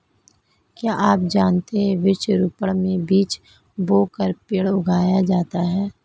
क्या आप जानते है वृक्ष रोपड़ में बीज बोकर पेड़ उगाया जाता है